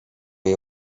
jej